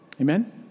Amen